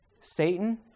Satan